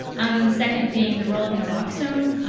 um the second being the role of naloxone.